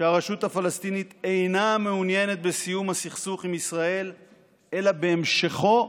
שהרשות הפלסטינית אינה מעוניינת בסיום הסכסוך עם ישראל אלא בהמשכו,